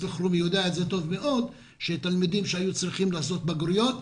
אלחרומי יודע שתלמידים שהיו צריכים לעשות בגרויות,